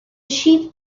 sheep